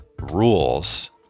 rules